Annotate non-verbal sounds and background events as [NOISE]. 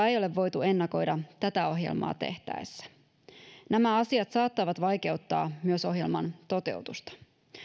[UNINTELLIGIBLE] ei ole voitu ennakoida tätä ohjelmaa tehtäessä nämä asiat saattavat vaikeuttaa myös ohjelman toteutusta